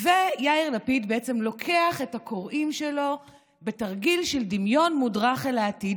ויאיר לפיד בעצם לוקח את הקוראים שלו בתרגיל של דמיון מודרך אל העתיד,